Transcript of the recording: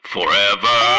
Forever